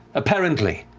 apparently.